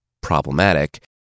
problematic